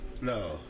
No